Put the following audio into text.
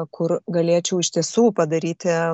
kur galėčiau iš tiesų padaryti